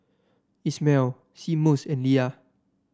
Ismael Seamus and Lia